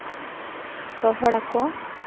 ᱨᱚᱦᱚᱲᱟᱠᱚ